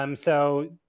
um so,